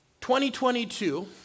2022